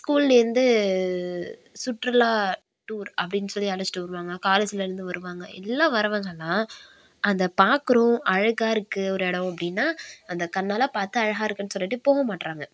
ஸ்கூலேருந்து சுற்றுலா டூர் அப்படின்னு சொல்லி அழைச்சிட்டு வருவாங்க காலேஜ்லேருந்து வருவாங்க எல்லா வரவங்களாம் அதை பார்க்குறோம் அழகாக இருக்குது ஒரு எடம் அப்படின்னா அந்த கண்ணால் பார்த்து அழகாக இருக்குனு சொல்லிட்டு போக மாட்டேறாங்க